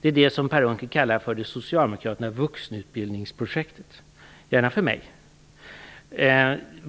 Det är det som Per Unckel kallar "det socialdemokratiska vuxenutbildningsprojektet". Gärna för mig.